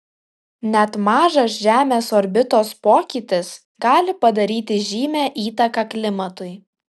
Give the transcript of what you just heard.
net mažas žemės orbitos pokytis gali padaryti žymią įtaką klimatui